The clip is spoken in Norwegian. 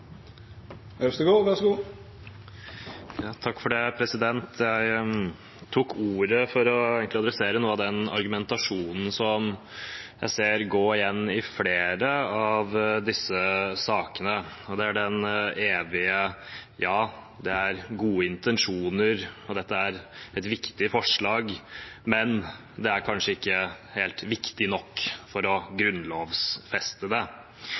tok ordet for å adressere noe av den argumentasjonen som jeg ser går igjen i flere av disse sakene. Det er det evige: Ja, det er gode intensjoner og dette er et viktig forslag, men det er kanskje ikke helt viktig nok for å grunnlovfeste det.